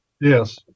Yes